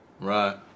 Right